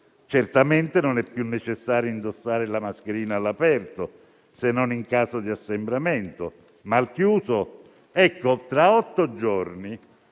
certamente non è più necessario indossare la mascherina all'aperto, se non in caso di assembramento, ma al chiuso? Tra otto giorni,